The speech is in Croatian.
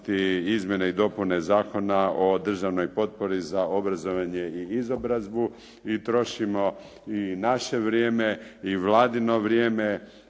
izmjene i dopune Zakona o državnoj potpori za obrazovanje i izobrazbu i trošimo i naše vrijeme i vladino vrijeme